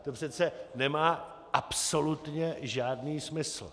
To přece nemá absolutně žádný smysl.